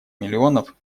миллионов